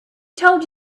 told